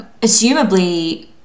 assumably